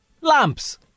lamps